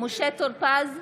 משה טור פז,